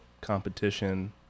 competition